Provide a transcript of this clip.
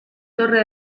torre